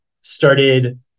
started